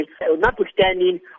notwithstanding